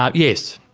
um yes.